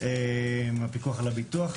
הפיקוח על הביטוח.